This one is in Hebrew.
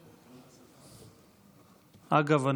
אגב,